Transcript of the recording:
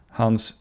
hans